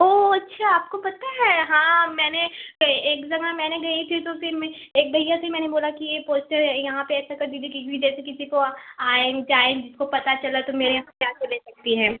वो अच्छा आपको पता है हाँ मैंने एक दफा मैं न गई थी तो फिर मैं एक भैया से मैंने बोला कि ये पोस्टर है यहाँ पर ऐसा कर दीजिए क्योंकि जैसे किसी को आए जाए जिसको पता चला तो मेरे यहाँ से आ कर ले सकती है